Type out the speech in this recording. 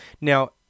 Now